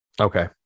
Okay